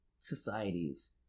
societies